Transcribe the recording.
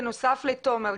בנוסף לתומר,